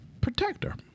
Protector